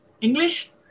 English